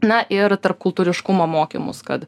na ir tarpkultūriškumo mokymus kad